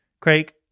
Craig